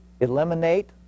eliminate